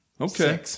Okay